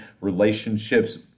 relationships